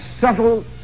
subtle